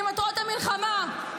אני עוצר רק בקריאה שנייה.